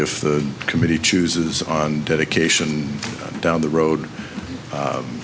if the committee chooses on dedication down the road